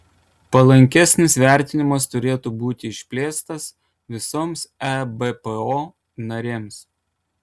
palankesnis vertinimas turėtų būti išplėstas visoms ebpo narėms